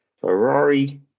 Ferrari